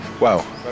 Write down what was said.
wow